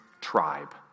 tribe